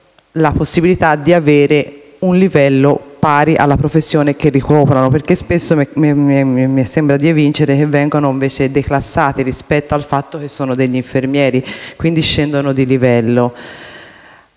la possibilità di avere un livello pari alla professione che esercitano, perché spesso mi sembra di evincere che vengono declassati rispetto al fatto che sono infermieri e, quindi, scendono di livello.